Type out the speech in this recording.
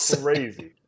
Crazy